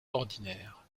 ordinaire